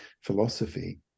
philosophy